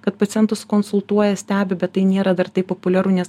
kad pacientus konsultuoja stebi bet tai nėra dar taip populiaru nes